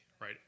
right